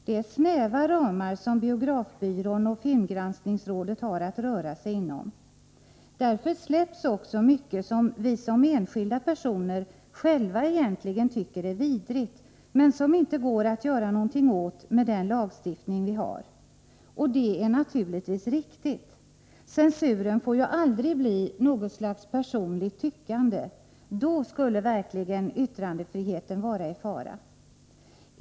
Det är snäva ramar som biografbyrån och filmgranskningsrådet har att röra sig inom. Därför släpps också mycket som vi som enskilda personer själva egentligen tycker är vidrigt. men som inte går att göra någonting åt med den lagstiftning vi har. Och det är naturligtvis riktigt: censuren får aldrig bli något slags personligt tyckande — då skulle verkligen yttrandefriheten vara i fara.